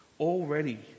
already